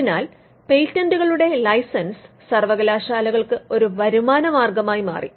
അതിനാൽ പേറ്റന്റുകളുടെ ലൈസൻസ് സർവകലാശാലകൾക്ക് ഒരു വരുമാനമാർഗ്ഗമായി മാറി